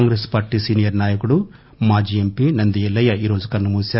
Congress party senior నాయకుడు మజీ MP Nandi Yellaiah ఈ రోజు కన్ను మూశారు